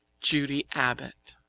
judy abbott